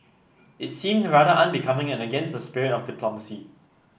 it seemed rather unbecoming and against the spirit of diplomacy